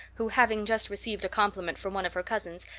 who having just received a compliment from one of her cousins,